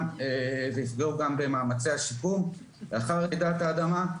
ויפגום גם במאמצי השיקום לאחר רעידת האדמה.